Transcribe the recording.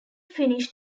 finish